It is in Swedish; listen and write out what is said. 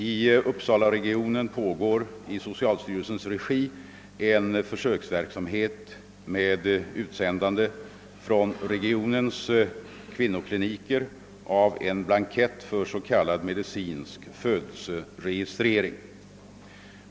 I uppsalaregionen pågår i socialstyrelsens regi en försöksverksamhet med utsändande från regionens kvinnokliniker av en blankett för s.k. medicinsk födelseregistrering.